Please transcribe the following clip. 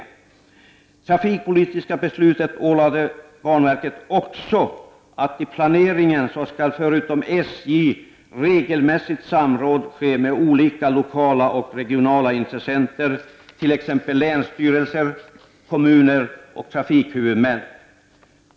Det trafikpolitiska beslutet ålade också banverket att tillse att i planeringen regelmässigt samråd sker med olika lokala och regionala intressenter, t.ex. länsstyrelser, kommuner och trafikhuvudmän.